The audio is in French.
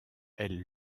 elle